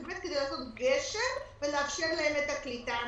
גשר ולאפשר להם את הקליטה המיטבית.